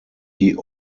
die